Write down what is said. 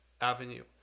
avenue